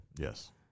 Yes